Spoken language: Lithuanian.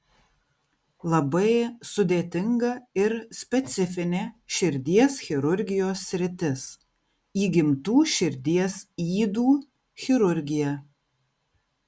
labai sudėtinga ir specifinė širdies chirurgijos sritis įgimtų širdies ydų chirurgija